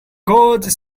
goes